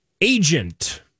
Agent